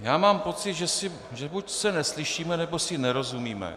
Já mám pocit, že buď se neslyšíme, nebo si nerozumíme.